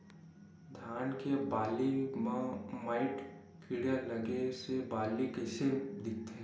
धान के बालि म माईट कीड़ा लगे से बालि कइसे दिखथे?